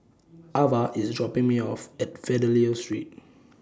Avah IS dropping Me off At Fidelio Street